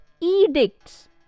edicts